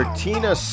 tina